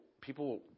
people